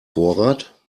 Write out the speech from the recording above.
vorrat